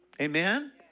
Amen